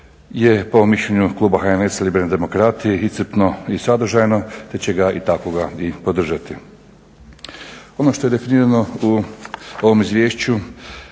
je po mišljenju kluba HNS-a Liberalni demokrati iscrpno i sadržajno te će ga i takvoga i podržati. Ono što je definirano u ovom izvješću